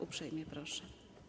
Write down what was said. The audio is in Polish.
Uprzejmie proszę.